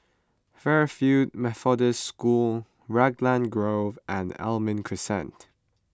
Fairfield Methodist School Raglan Grove and Almond Crescent